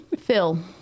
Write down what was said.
Phil